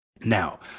Now